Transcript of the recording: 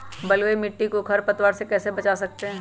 बलुई मिट्टी को खर पतवार से कैसे बच्चा सकते हैँ?